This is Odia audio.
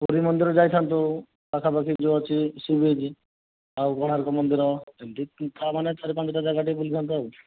ପୁରୀ ମନ୍ଦିର ଯାଇଥାନ୍ତୁ ପାଖାପାଖି ଯେଉଁ ଅଛି ସି ବିଚ୍ ଆଉ କୋଣାର୍କ ମନ୍ଦିର ଏମିତି ଚାରି ପାଞ୍ଚଟା ଜାଗା ଟିକିଏ ବୁଲିଥାନ୍ତୁ ଆଉ